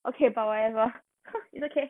okay but whatever it's okay